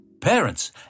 Parents